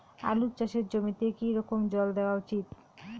আলু চাষের জমিতে কি রকম জল দেওয়া উচিৎ?